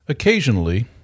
Occasionally